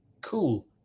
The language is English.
Cool